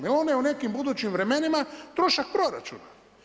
Jer ona je u nekim budućim vremenima trošak proračuna.